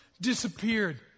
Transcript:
disappeared